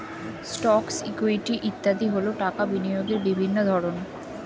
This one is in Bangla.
স্টকস, ইকুইটি ইত্যাদি হল টাকা বিনিয়োগের বিভিন্ন ধরন